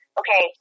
okay